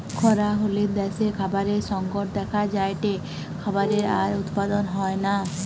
খরা হলে দ্যাশে খাবারের সংকট দেখা যায়টে, খাবার আর উৎপাদন হয়না